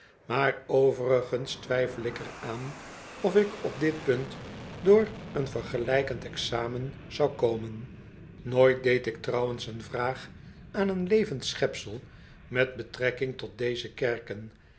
maar overigens twijfel ik er aan of ik op dit punt door een vergelijkend examen zou komen nooit deed ik trouwens een vraag aan een levend schepsel met betrekking tot deze kerken